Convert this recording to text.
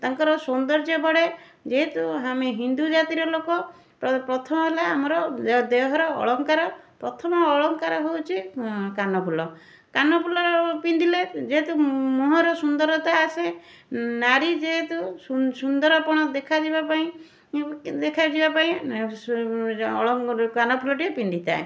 ତାଙ୍କର ସୌନ୍ଦର୍ଯ୍ୟ ବଢ଼େ ଯେହେତୁ ଆମେ ହିନ୍ଦୁ ଜାତିର ଲୋକ ପ୍ରଥମ ହେଲା ଆମର ଦେହର ଅଳଙ୍କାର ପ୍ରଥମ ଅଳଙ୍କାର ହେଉଛି କାନଫୁଲ କାନଫୁଲ ପିନ୍ଧିଲେ ଯେହେତୁ ମୁହଁର ସୁନ୍ଦରତା ଆସେ ନାରୀ ଯେହେତୁ ସୁନ୍ଦରପଣ ଦେଖାଯିବା ପାଇଁ ଦେଖାଯିବା ପାଇଁ କାନଫୁଲଟିଏ ପିନ୍ଧିଥାଏ